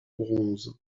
bronze